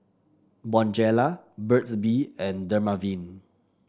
Bonjela Burt's Bee and Dermaveen